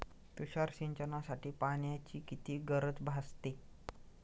तुषार सिंचनासाठी पाण्याची किती गरज भासते?